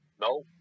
No